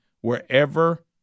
wherever